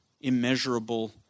immeasurable